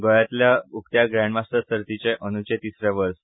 गोंयातल्या उक्त्या ग्रॅंडमास्टर सर्तींचे अंद्रचें तिसरें वर्स